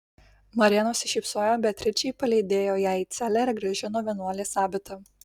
marija nusišypsojo beatričei palydėjo ją į celę ir grąžino vienuolės abitą